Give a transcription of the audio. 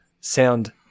sound